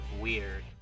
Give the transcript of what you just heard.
weird